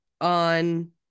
on